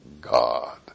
God